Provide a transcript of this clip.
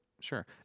Sure